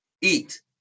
eat